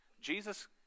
Jesus